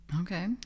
Okay